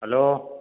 hello